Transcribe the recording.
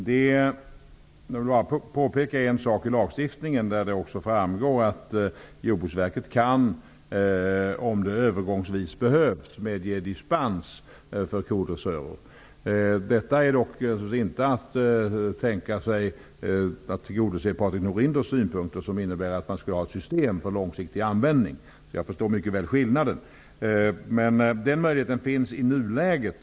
Fru talman! Jag vill påpeka att det av lagstiftningen framgår att Jordbruksverket kan ge dispens för kodressörer om det behövs övergångsvis. Detta tillgodoser dock inte Patrik Norinders synpunkter, eftersom han vill ha ett system för långsiktig användning av dressörer. Jag förstår mycket väl skillnaden. Det här är dock den möjlighet som finns i nuläget.